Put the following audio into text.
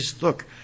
look